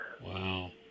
Wow